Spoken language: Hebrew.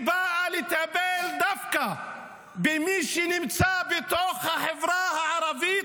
היא באה לטפל דווקא במי שנמצא בתוך החברה הערבית